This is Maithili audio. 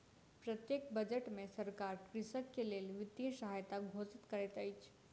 प्रत्येक बजट में सरकार कृषक के लेल वित्तीय सहायता घोषित करैत अछि